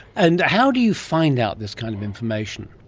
and how do you find out this kind of information?